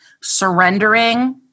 surrendering